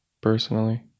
personally